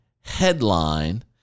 headline